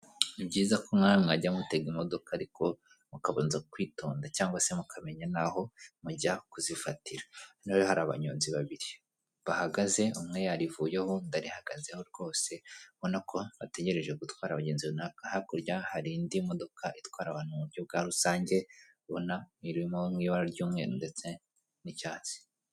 Ni byiza ko namwe mwajya mutega imodoka ariko mukabanza kwitonda cyangwa se mukamenya n'aho mujya kuzifatira hano hari abanyonzi babiri bahagaze umwe yarivuyeho Indi arihagazeho rwose ndabona ko bategereje gutwara abagenzi runaka, hakurya hari indi modoka itwara abantu mu buryo bwa rusange ubona iri mu ibara ry'umweru ndetse n'icyatsi.